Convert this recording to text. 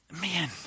man